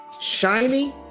Shiny